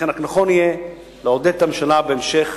ולכן רק נכון יהיה לעודד את הממשלה בהמשך